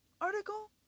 article